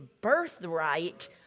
birthright